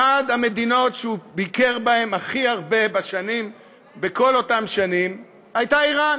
אחת המדינות שהיא ביקר בהן הכי הרבה בכל אותן שנים הייתה איראן.